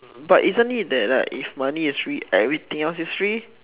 but isn't it that like if money is free everything else is free